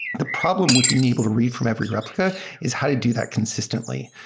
the problem with being able to read from every replica is how to do that consistently.